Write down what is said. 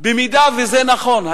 במידה שזה נכון,